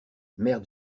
merde